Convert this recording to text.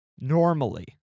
Normally